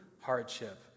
hardship